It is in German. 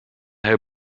herr